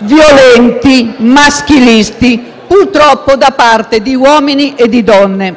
violenti, maschilisti, purtroppo da parte di uomini e donne.